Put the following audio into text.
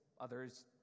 others